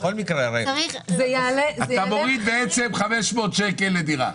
אתה מוריד בעצם 500 שקל לדירה.